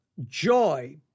joy